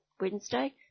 Wednesday